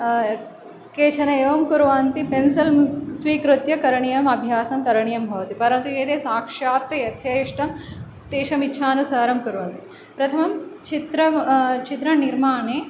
केचन एवं कुर्वन्ति पेन्सिल् स्वीकृत्य करणीयम् अभ्यासं करणीयं भवति परन्तु एते साक्षात् यथेष्टं तेषामिच्छानुसारं कुर्वन्ति प्रथमं छित्र छित्रनिर्माणे